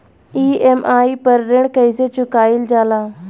EMI पर ऋण कईसे चुकाईल जाला?